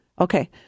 Okay